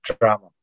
drama